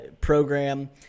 program